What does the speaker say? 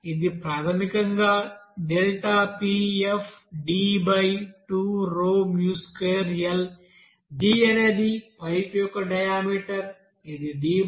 ఇది ప్రాథమికంగా Pfd2u2L d అనేది పైపు యొక్క డయా మీటర్ ఇది d2u2L